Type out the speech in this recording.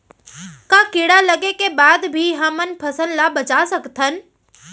का कीड़ा लगे के बाद भी हमन फसल ल बचा सकथन?